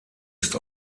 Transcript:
ist